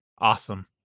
Awesome